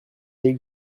les